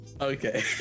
Okay